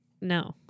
No